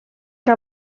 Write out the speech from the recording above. que